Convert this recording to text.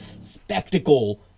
spectacle